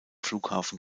flughafen